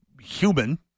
human—